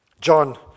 John